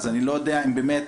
אז אני לא יודע אם באמת